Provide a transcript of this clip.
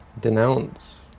denounce